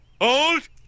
Old